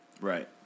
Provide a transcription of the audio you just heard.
Right